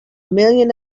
million